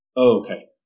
Okay